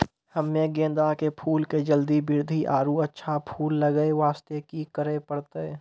हम्मे गेंदा के फूल के जल्दी बृद्धि आरु अच्छा फूल लगय वास्ते की करे परतै?